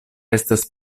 estas